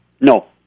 No